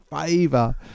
favor